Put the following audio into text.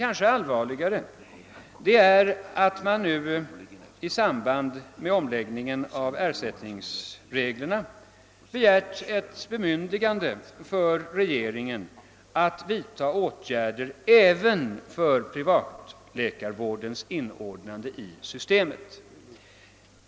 Ännu allvarligare är kanske att man i samband med omläggningen av ersättningsreglerna har begärt bemyndigande för regeringen att vidta åtgärder för även den privata läkarvårdens inordnande i systemet.